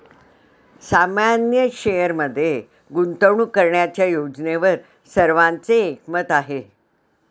सामान्य शेअरमध्ये गुंतवणूक करण्याच्या योजनेवर सर्वांचे एकमत आहे